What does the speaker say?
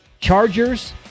Chargers